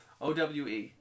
OWE